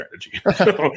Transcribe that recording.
strategy